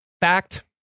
fact